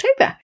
October